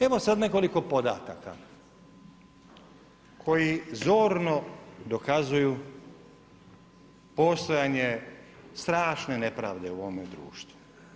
Evo sad nekoliko podataka koji zorno pokazuju postojanje strašne nepravde u ovome društvu.